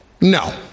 no